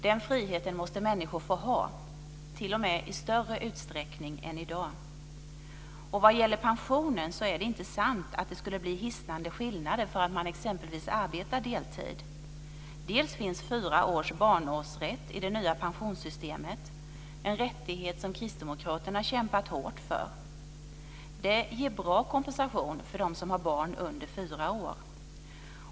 Den friheten måste människor få ha, t.o.m. i större utsträckning än i dag. Vad gäller pensionen är det inte sant att det skulle bli hisnande skillnader för att man exempelvis arbetar deltid. Det finns fyra års barnårsrätt i det nya pensionssystemet, en rättighet som kristdemokraterna har kämpat hårt för. Det ger bra kompensation för dem som har barn under fyra år.